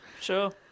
Sure